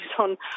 on